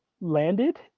landed